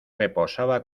reposaba